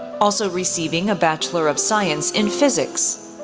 also receiving a bachelor of science in physics,